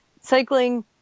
cycling